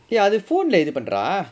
dey அது:athu phone leh இது பண்ற:ithu pandra